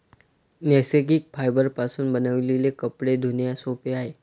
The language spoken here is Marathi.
नैसर्गिक फायबरपासून बनविलेले कपडे धुणे सोपे आहे